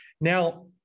Now